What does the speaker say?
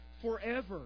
forever